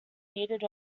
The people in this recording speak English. heated